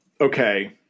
Okay